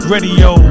Radio